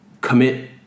commit